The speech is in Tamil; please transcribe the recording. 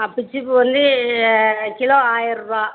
ஆ பிச்சி பூ வந்து கிலோ ஆயிர் ரூவா